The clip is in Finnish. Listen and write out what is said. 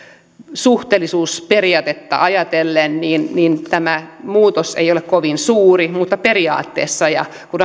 suhteellisuusperiaatetta ajatellen tämä muutos ei ole kovin suuri mutta periaatteessa kun